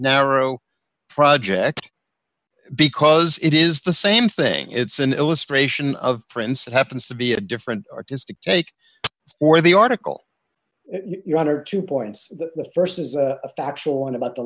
narrow project because it is the same thing it's an illustration of friends that happens to be a different artistic take or the article you're on are two points the st is a factual one about the